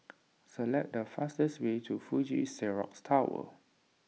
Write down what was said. select the fastest way to Fuji Xerox Tower